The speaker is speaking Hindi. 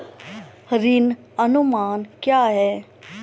ऋण अनुमान क्या है?